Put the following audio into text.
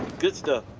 good stuff.